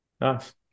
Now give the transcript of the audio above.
Nice